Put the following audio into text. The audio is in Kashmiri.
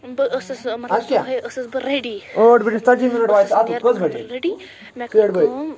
بہٕ ٲسٕس ٲں مطلب صبحٲے ٲسٕس بہٕ ریٚڈی ٲں بہٕ ٲسٕس نیرنہٕ خٲطرٕ ریٚڈی مےٚ کٔر کٲم